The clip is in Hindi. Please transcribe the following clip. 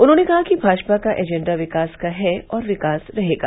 उन्होंने कहा कि भाजपा का एजेंडा विकास है और विकास रहेगा